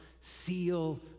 seal